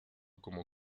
como